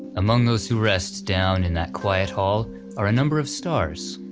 among those who rest down in that quiet hall are a number of stars.